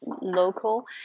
local